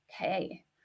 Okay